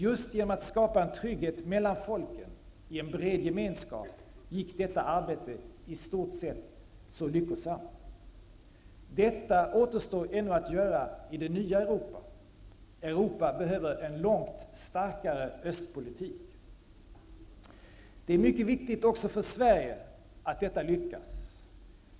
Just genom att skapa en trygghet mellan folken i en bred gemenskap gick detta arbete i stort sett så lyckosamt. Detta återstår ännu att göra i det nya Europa. Europa behöver en långt starkare östpolitik. Det är mycket viktigt också för Sverige att detta lyckas.